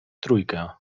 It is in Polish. trójkę